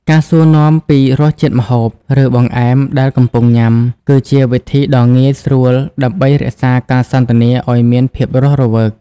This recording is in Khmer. ការសួរនាំពីរសជាតិម្ហូប ឬបង្អែមដែលកំពុងញ៉ាំ គឺជាវិធីដ៏ងាយស្រួលដើម្បីរក្សាការសន្ទនាឱ្យមានភាពរស់រវើក។